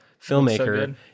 filmmaker